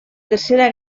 tercera